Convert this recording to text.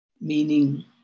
Meaning